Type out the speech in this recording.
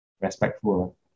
respectful